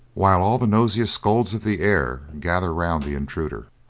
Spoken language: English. while all the noisiest scolds of the air gather round the intruder.